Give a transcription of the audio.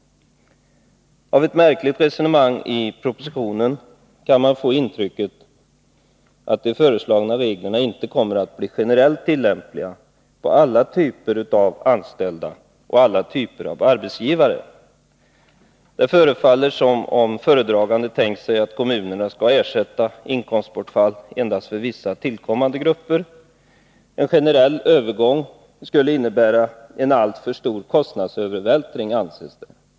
Av ett märkligt resonemang i propositionen kan man få intrycket att de föreslagna reglerna inte kommer att bli generellt tillämpliga på alla typer av anställda och alla typer av arbetsgivare. Det förefaller som om föredraganden tänkt sig att kommunerna skall ersätta inkomstbortfall endast för vissa tillkommande grupper. En generell övergång skulle innebära en alltför stor kostnadsövervältning, anses det.